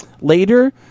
later